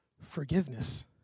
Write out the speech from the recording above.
forgiveness